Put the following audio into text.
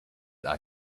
are